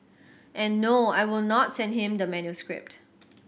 and no I will not send him the manuscript